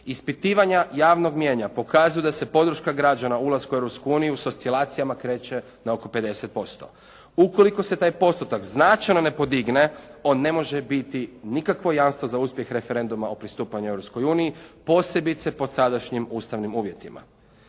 Ispitivanja javnog mijenja pokazuju da se podrška građana ulaska u Europsku uniju s oscilacijama kreće na oko 50%. Ukoliko se taj postotak značajno ne podigne, on ne može biti nikakvo jamstvo za uspjeh referenduma o pristupanju Europskoj uniji posebice pod sadašnjim ustavnim uvjetima.